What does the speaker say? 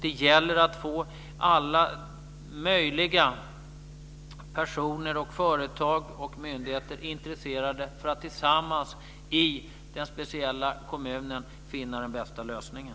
Det gäller att få alla möjliga personer, företag och myndigheter intresserade för att tillsammans i den speciella kommunen finna den bästa lösningen.